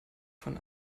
von